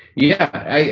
yeah,